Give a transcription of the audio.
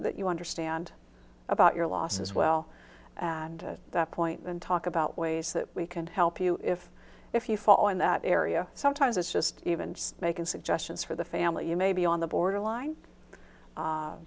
that you understand about your loss as well and that point and talk about ways that we can help you if if you fall in that area sometimes it's just even just making suggestions for the family you may be on the borderline